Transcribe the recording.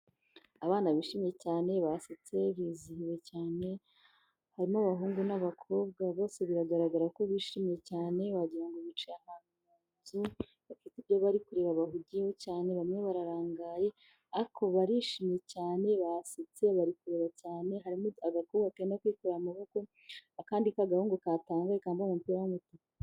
Abana bishimye cyane basetse, bizihiwe cyane, harimo abahungu n'abakobwa, bose biragaragara ko bishimye cyane, wagira ngo bicaye ahantu mu nzu, bafite ibyo bari kureba bahugiyeho cyane, bamwe bararangaye, ariko barishimye cyane, basetse, bari kureba cyane, harimo agakobwa kenda kwikorera amaboko, akandi k'agahungu katangaye kambaye umupira w'umutuku.